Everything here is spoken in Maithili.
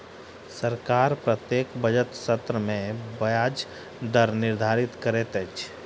सरकार प्रत्येक बजट सत्र में ब्याज दर निर्धारित करैत अछि